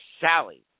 Sally